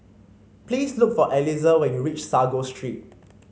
please look for Eliezer when you reach Sago Street